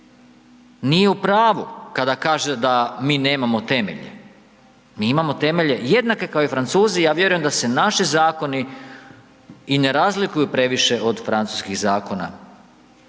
nije u pravu kada kaže da mi nemamo temelj. Mi imamo temelje jednake kao i Francuzi i ja vjerujem da se naši zakoni i ne razlikuju previše od francuskih zakona.